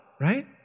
right